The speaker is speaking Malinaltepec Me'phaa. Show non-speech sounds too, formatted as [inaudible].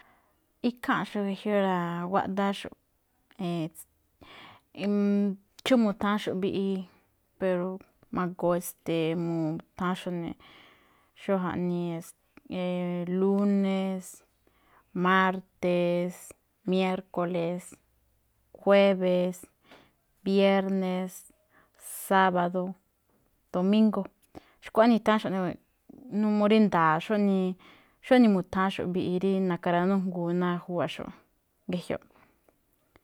Ikháanꞌxo̱ꞌ ge̱jioꞌ ra̱guaꞌdááxo̱ꞌ, [hesitation] xó mu̱tháánxo̱ꞌ mbiꞌi. Pero magoo [hesitation] mu̱tháánxo̱ꞌ ne̱, xó jaꞌnii, [hesitation] lúne̱s, márte̱s, miérkule̱s, juebe̱s, biérnes, sába̱do̱, domíngo̱. Xkuaꞌnii i̱tha̱ánxo̱ꞌ rí me̱ꞌpha̱. N [hesitation] uu rí nda̱a̱ xó [hesitation] xó ne mu̱tháánxo̱ꞌ mbiꞌi rí na̱ka̱ ranújngoo ná júwa̱ꞌxo̱ꞌ, ge̱jioꞌ.